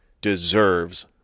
deserves